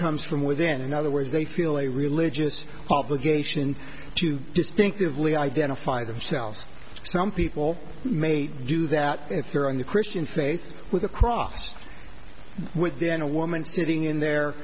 comes from within in other words they feel a religious obligation to distinctively identify themselves some people may do that if they're on the christian faith with a cross with then a woman sitting in their